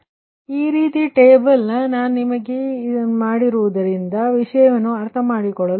ಆದ್ದರಿಂದ ಈ ರೀತಿಯಲ್ಲಿ ಟೇಬಲ್ ನಾನು ನಿಮಗಾಗಿ ಇದನ್ನು ಮಾಡಿದ್ದೇನೆ ಅದು ವಿಷಯಗಳನ್ನು ಅರ್ಥಮಾಡಿಕೊಳ್ಳುತ್ತದೆ